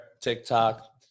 TikTok